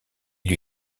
lui